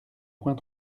point